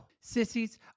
Sissies